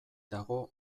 dago